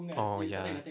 orh ya